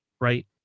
right